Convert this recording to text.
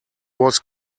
was